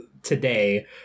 today